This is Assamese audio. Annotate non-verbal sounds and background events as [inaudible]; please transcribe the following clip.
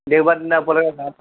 দেওবাৰ দিন [unintelligible]